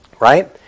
right